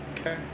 okay